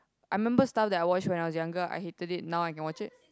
I remember stuff that I watch when I was younger I hated it now I can watch it